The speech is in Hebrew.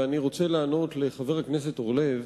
ואני רוצה לענות לחבר הכנסת אורלב,